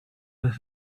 with